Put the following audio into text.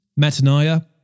Mataniah